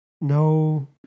No